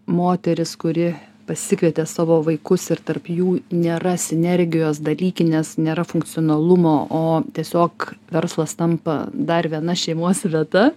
moteris kuri pasikvietė savo vaikus ir tarp jų nėra sinergijos dalykinės nėra funkcionalumo tiesiog verslas tampa dar viena šeimos vieta